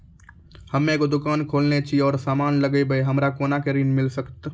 हम्मे एगो दुकान खोलने छी और समान लगैबै हमरा कोना के ऋण मिल सकत?